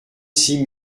six